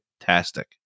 fantastic